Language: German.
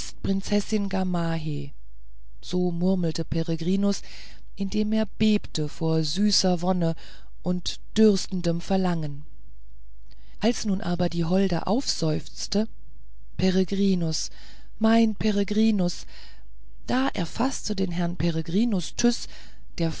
prinzessin gamaheh so murmelte peregrinus indem er bebte vor süßer wonne und dürstendem verlangen als nun aber die holde aufseufzte peregrinus mein peregrinus da erfaßte den herrn peregrinus tyß der